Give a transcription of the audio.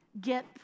get